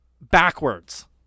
backwards